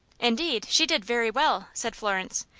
indeed, she did very well, said florence.